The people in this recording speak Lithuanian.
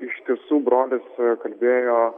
iš tiesų brolis kalbėjo